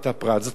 זאת אומרת,